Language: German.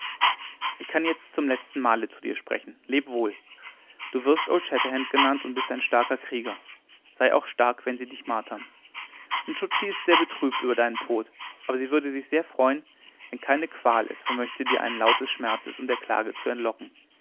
ich kann jetzt zum letztenmale zu dir sprechen leb wohl du wirst old shatterhand genannt und bist ein starker krieger sei auch stark wenn sie dich martern nscho tschi ist sehr betrübt über deinen tod aber sie würde sich sehr freuen wenn keine qual es vermöchte dir einen laut des schmerzes und der klage zu entlocken